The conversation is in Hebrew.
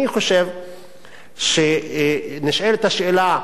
אני חושב שנשאלת השאלה,